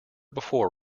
before